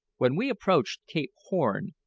when we approached cape horn,